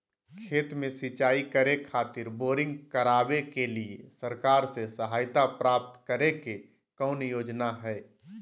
खेत में सिंचाई करे खातिर बोरिंग करावे के लिए सरकार से सहायता प्राप्त करें के कौन योजना हय?